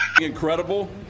incredible